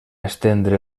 estendre